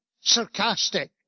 sarcastic